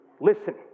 Listen